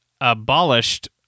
abolished